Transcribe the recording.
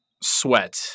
sweat